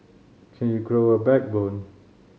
can you grow a backbone